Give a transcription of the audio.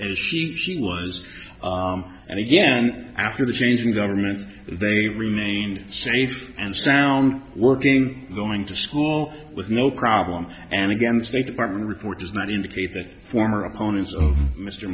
as she was and again after the change in government they remain safe and sound working going to school with no problem and again the state department report does not indicate that former opponents of mr